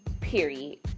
period